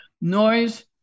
noise